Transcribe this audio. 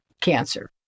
cancer